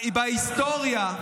בהיסטוריה,